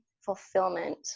fulfillment